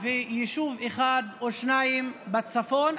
ויישוב אחד או שניים בצפון,